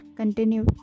continue